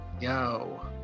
yo